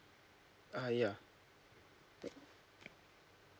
uh yeah